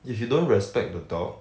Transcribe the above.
if you don't respect the dog